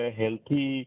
healthy